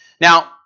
Now